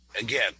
again